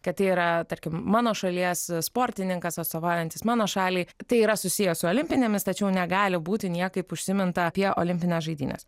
kad tai yra tarkim mano šalies sportininkas atstovaujantis mano šaliai tai yra susiję su olimpinėmis tačiau negali būti niekaip užsiminta apie olimpines žaidynes